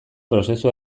prozesu